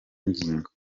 ngingo